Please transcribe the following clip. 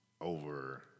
over